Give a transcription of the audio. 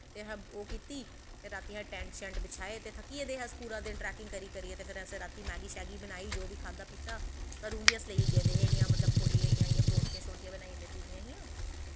ते असें ओह् कीती ते रातीं असें टैंट शैंट बछाए ते थक्की गेदे हे अस ट्रैकिंग करी करियै ते फ्ही असें मैगी शैह्गी बनाई जो बी खाद्दी पीती घरों गै अस लेइयै गेदे हे इ'यां मतलब परौंठियां शरौंठियां बनाइयै लैती दियां हां